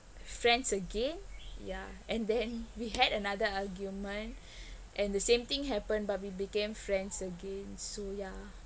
friends again ya and then we had another argument and the same thing happen but we became friends again so yeah